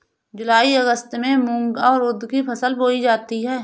जूलाई अगस्त में मूंग और उर्द की फसल बोई जाती है